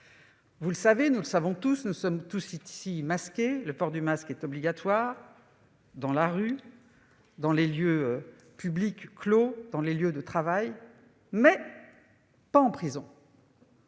de détention. Nous le savons- nous sommes tous ici masqués -, le port du masque est obligatoire dans la rue, dans les endroits publics clos, sur les lieux de travail, mais pas en prison.